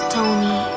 Tony